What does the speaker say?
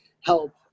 help